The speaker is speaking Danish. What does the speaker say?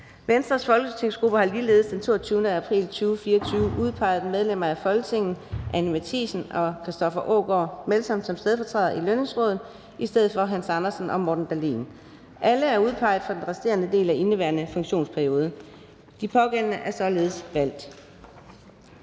Venstres folketingsgruppe har ligeledes den 22. april 2024 udpeget medlemmer af Folketinget Anni Matthiesen og Christoffer Aagaard Melson som stedfortrædere i Lønningsrådet i stedet for Hans Andersen og Morten Dahlin. Alle er udpeget for den resterende del af indeværende funktionsperiode. De pågældende er således valgt.